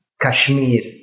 Kashmir